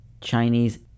Chinese